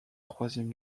troisième